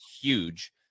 huge